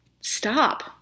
Stop